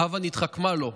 "הבה נתחכמה לו".